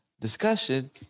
discussion